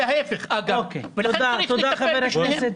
וההפך וצריך לטפל בשניהם.